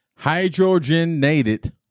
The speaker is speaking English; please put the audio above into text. hydrogenated